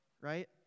Right